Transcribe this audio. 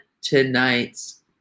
tonight's